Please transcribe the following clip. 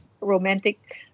romantic